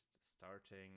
starting